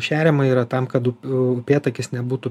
šeriama yra tam kad upėtakis nebūtų